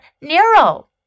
Nero